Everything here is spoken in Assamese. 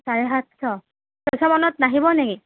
চাৰে সাতশ ছয়শ মানত নাহিব নেকি